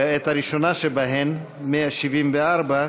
את הראשונה שבהן, 174,